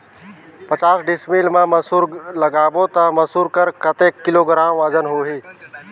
पचास डिसमिल मा मसुर लगाबो ता मसुर कर कतेक किलोग्राम वजन होही?